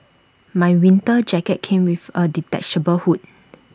my winter jacket came with A detachable hood